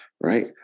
right